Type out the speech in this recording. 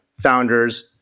founders